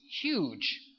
huge